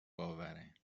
باوره